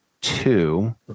two